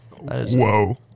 Whoa